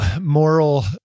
moral